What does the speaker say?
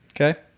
Okay